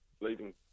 leaving